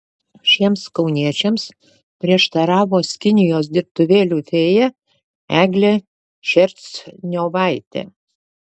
šiems kauniečiams prieštaravo skinijos dirbtuvėlių fėja eglė šerstniovaitė